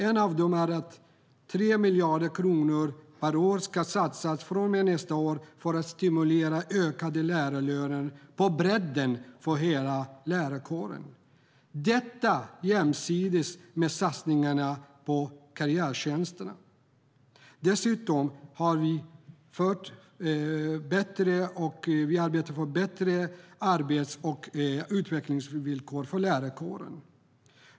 En av dessa är att 3 miljarder kronor per år från och med nästa år ska satsas för att stimulera ökade lärarlöner på bredden för hela lärarkåren. Detta gör vi jämsides med satsningarna på karriärtjänsterna. Dessutom arbetar vi för bättre arbets och utvecklingsvillkor för lärarkåren.